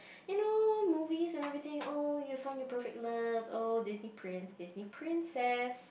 you know movies and everything oh you found your perfect love oh Disney prince Disney princess